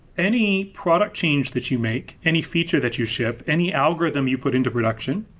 any product change that you make, any feature that you ship, any algorithm you put into production,